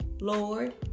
Lord